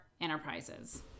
enterprises